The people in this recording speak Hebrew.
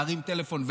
להרים טלפון,